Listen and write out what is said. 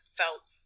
felt